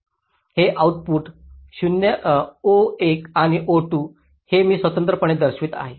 हे output O1 आणि O2 हे मी स्वतंत्रपणे दर्शवित आहे